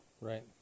right